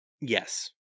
Yes